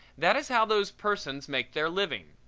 that is how those persons make their living.